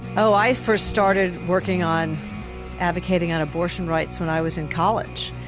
oh, i first started working on advocating on abortion rights when i was in college.